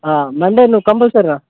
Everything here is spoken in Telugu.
మండే నువ్వు కంపల్సరీ రా